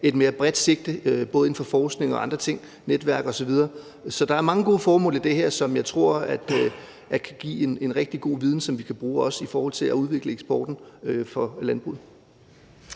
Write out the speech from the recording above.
et mere bredt sigte, både inden for forskning og andre ting, netværk osv. Så der er mange gode formål i det her, som jeg tror kan give en rigtig god viden, som vi kan bruge, også i forhold til at udvikle eksporten for landbruget.